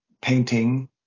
painting